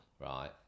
right